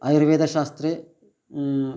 आयुर्वेदशास्त्रे